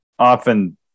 often